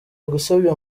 gusebya